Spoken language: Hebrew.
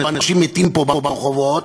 אנשים מתים פה ברחובות,